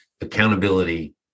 accountability